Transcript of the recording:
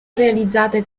realizzate